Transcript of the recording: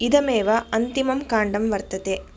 इदमेव अन्तिमं काण्डं वर्तते